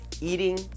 eating